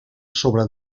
sobre